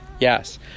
Yes